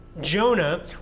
Jonah